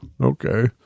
okay